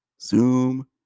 Zoom